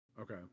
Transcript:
Okay